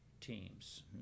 teams